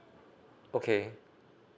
okay